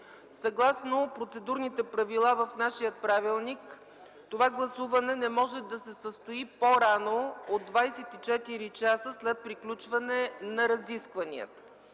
Съгласно процедурните правила в нашия правилник това гласуване не може да се състои по-рано от 24 часа след приключване на разискванията.